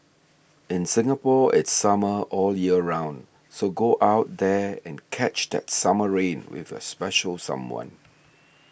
in Singapore it's summer all year round so go out there and catch that summer rain with your special someone